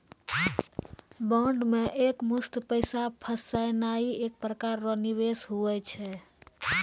bond मे एकमुस्त पैसा फसैनाइ एक प्रकार रो निवेश हुवै छै